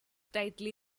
title